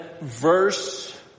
verse